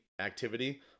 activity